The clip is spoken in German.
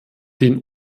den